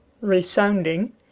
resounding